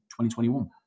2021